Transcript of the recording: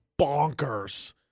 bonkers